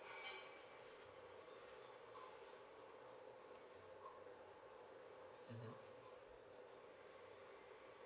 mm